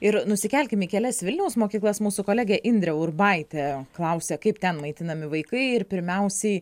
ir nusikelkim į kelias vilniaus mokyklas mūsų kolegė indrė urbaitė klausia kaip ten maitinami vaikai ir pirmiausiai